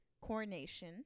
Coronation